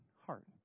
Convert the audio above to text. heart